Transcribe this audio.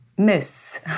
miss